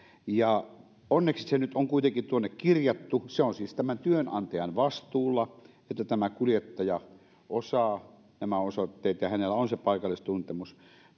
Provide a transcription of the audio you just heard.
onneksi se nyt on kuitenkin tuonne kirjattu on siis työnantajan vastuulla että tämä kuljettaja osaa nämä osoitteet ja hänellä on se paikallistuntemus